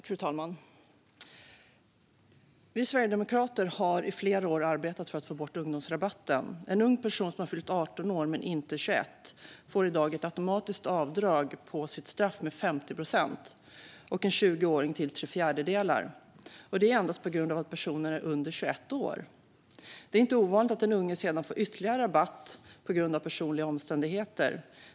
Fru talman! Vi sverigedemokrater har i flera år arbetat för att få bort ungdomsrabatten. En ung person som har fyllt 18 men inte 21 år får i dag automatiskt ett avdrag på sitt straff till 50 procent och en 20-åring till tre fjärdedelar - och det endast på grund av att personen är under 21 år. Det är inte ovanligt att den unge sedan får ytterligare rabatt på grund av personliga omständigheter.